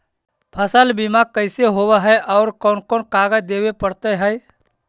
फसल बिमा कैसे होब है और कोन कोन कागज देबे पड़तै है?